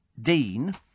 Dean